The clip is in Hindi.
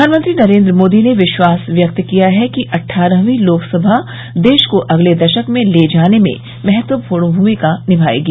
प्रधानमंत्री नरेन्द्र मोदी ने विश्वास व्यक्त किया है कि अट्ठारहवीं लोकसभा देश को अगले दशक में ले जाने में महत्वपूर्ण भूमिका निभायेगी